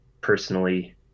personally